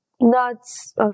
nuts